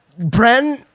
Bren